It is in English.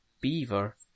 beaver